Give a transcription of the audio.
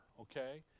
Okay